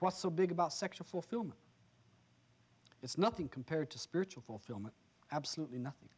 what's so big about sexual fulfillment it's nothing compared to spiritual fulfillment absolutely nothing